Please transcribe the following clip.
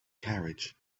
carriage